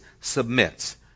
submits